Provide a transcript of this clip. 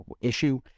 issue